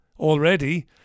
already